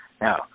now